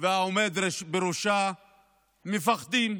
והעומד בראשה מפחדים.